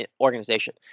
organization